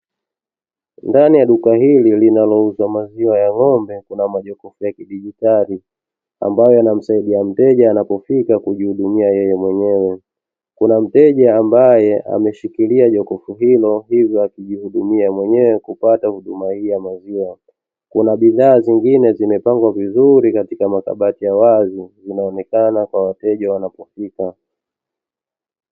Ndani ya duka hili linalouzwa maziwa ya ng'ombe Kuna jokofu ya kidigitali, ambayo yanamsaidia mteja anapofika kujihudumia yeye mwenyewe, kuna mteja ambaye ameshikilia jokofu hilo ili kujihudumia yeye mwenyewe kupata huduma hiyo ya maziwa. Kuna bidhaa zingine zimepangwa vizuri katika makabati ya wazi zinaonekana kwa wateja wanapofika.